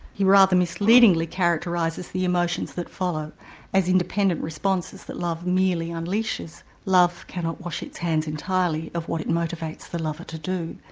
he rather misleadingly characterises the emotions that follow as independent responses that love merely unleashes. love cannot wash its hands entirely of what it motivates the lover to do.